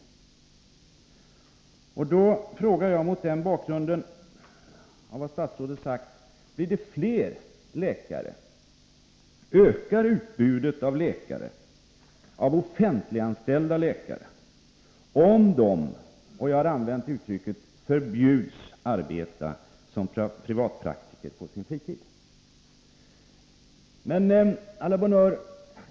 Mot bakgrund av vad statsrådet har sagt frågar jag: Blir det fler läkare, ökar utbudet av offentliganställda läkare om de förbjuds — som jag uttryckt mig-— att arbeta som privatpraktiker på sin fritid?